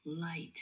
light